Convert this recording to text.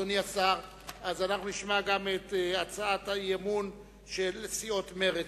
אנחנו נשמע גם את הצעת האי-אמון של סיעת מרצ,